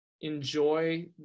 enjoy